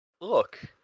look